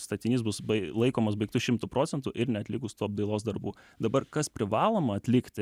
statinys bus laikomas baigtu šimtu procentų ir neatlikus tų apdailos darbų dabar kas privaloma atlikti